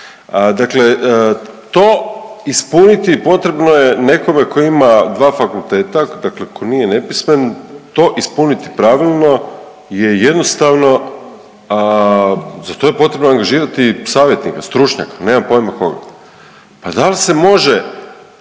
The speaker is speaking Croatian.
Dakle, to ispuniti, potrebno je nekome tko ima 2 fakulteta, dakle tko nije nepismen, to ispuniti pravilno je jednostavno, a za to je potrebno angažirati savjetnika, stručnjaka, nemam pojma koga. Pa da li se može